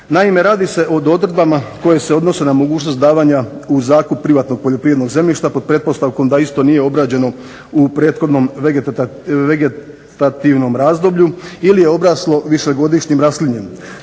Naime, radi se o odredbama koje se odnose na mogućnost davanja u zakup privatnog poljoprivrednog zemljišta pod pretpostavkom da isto nije obrađeno u prethodnom vegetativnom razdoblju ili je obraslo višegodišnjim raslinjem.